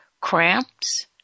cramps